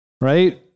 right